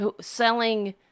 selling